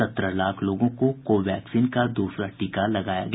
सत्रह लाख लोगों को कोवैक्सीन का द्रसरा टीका लगाया गया